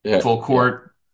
full-court